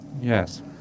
yes